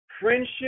Friendship